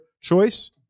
choice